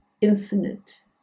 infinite